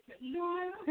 No